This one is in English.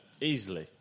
easily